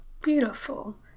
Beautiful